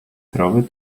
krowy